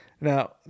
now